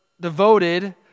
devoted